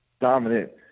dominant